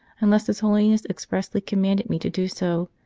unless his holiness expressly commanded me to do so,